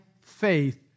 faith